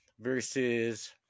versus